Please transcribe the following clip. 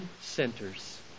centers